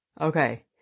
okay